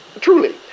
Truly